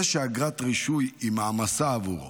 זה שאגרת רישוי היא מעמסה עבורו.